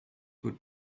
would